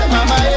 Mama